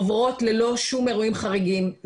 עוברות ללא כל אירועים חריגים,